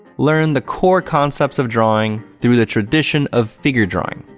learn the core concepts of drawing through the tradition of figure drawing,